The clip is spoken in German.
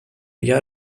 jahr